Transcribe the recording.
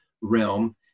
realm